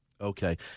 okay